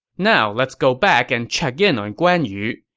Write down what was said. now, let's go back and check in on guan yu.